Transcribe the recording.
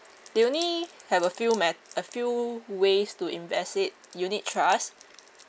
they only have a few meth~ a few ways to invest it unit trust